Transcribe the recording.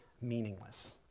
meaningless